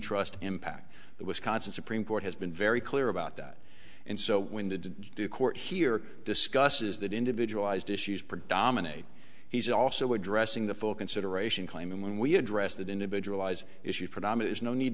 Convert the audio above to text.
trusts impact the wisconsin supreme court has been very clear about that and so when the due court here discusses that individual ised issues predominate he's also addressing the full consideration claim and when we address that individualized issue predominate is no need